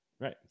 Right